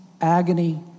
agony